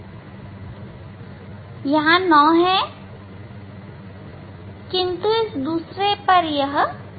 यहां 9 है किंतु इस दूसरे पर यह ठीक है